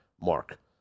mark